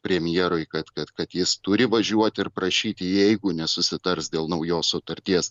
premjerui kad kad kad jis turi važiuoti ir prašyti jeigu nesusitars dėl naujos sutarties